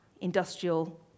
industrial